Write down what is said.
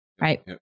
right